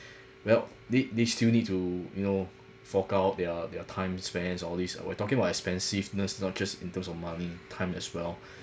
well they they still need to you know fork out their their time spend all these uh we're talking about expensiveness not just in terms of money time as well